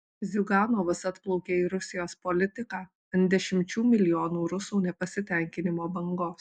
ziuganovas atplaukė į rusijos politiką ant dešimčių milijonų rusų nepasitenkinimo bangos